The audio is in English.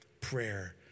prayer